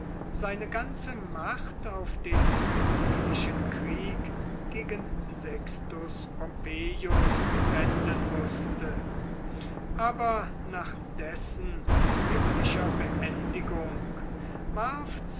seine ganze macht auf den sizilischen krieg gegen sextus pompeius wenden mußte aber nach dessen glücklicher beendigung